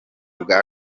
bwa